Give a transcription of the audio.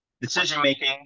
decision-making